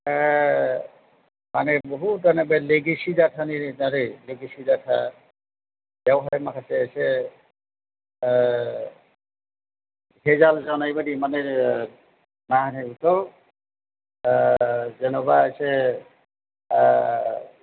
माने बुहुथ आनो बे लेगेसि डाटानि दारै लेगेसि डाटा बेवहाय माखासे एसे बेजाल जानाय बायदि मानि मा होनो बेखौ जेन'बा एसे